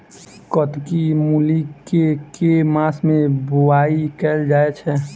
कत्की मूली केँ के मास मे बोवाई कैल जाएँ छैय?